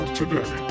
today